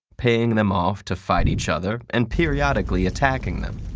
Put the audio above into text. paying them off to fight each other and periodically attacking them.